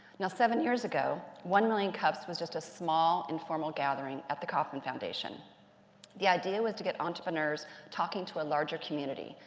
now, seven years ago, one million cups was just a small, informal gathering at the kauffman foundation the idea was to get entrepreneurs talking to a larger community,